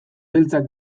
beltzak